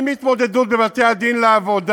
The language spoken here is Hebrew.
עם התמודדות בבתי-הדין לעבודה.